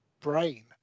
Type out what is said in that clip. brain